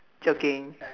joking